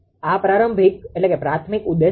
આ પ્રાથમિક ઉદ્દેશ છે